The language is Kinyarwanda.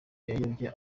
yayobye